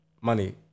money